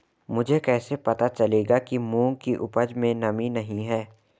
मुझे कैसे पता चलेगा कि मूंग की उपज में नमी नहीं है?